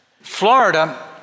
Florida